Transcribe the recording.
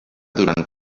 durant